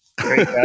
great